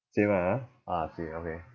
same ah ah same okay